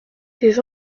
des